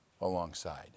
alongside